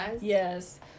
Yes